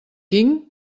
king